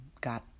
got